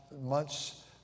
months